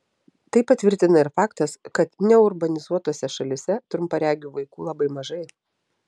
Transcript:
tai patvirtina ir faktas kad neurbanizuotose šalyse trumparegių vaikų labai mažai